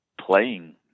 playing